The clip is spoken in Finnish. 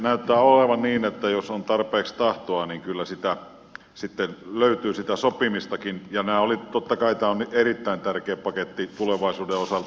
näyttää olevan niin että jos on tarpeeksi tahtoa niin kyllä sitten löytyy sitä sopimistakin ja totta kai tämä on erittäin tärkeä paketti tulevaisuuden osalta